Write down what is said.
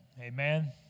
Amen